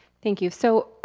thank you, so